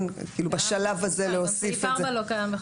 גם סעיף 4 לא קיים בחוק.